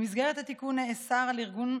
במסגרת התיקון נאסר על ארגון,